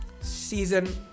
season